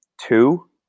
two